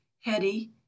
Hetty